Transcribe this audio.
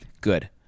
Good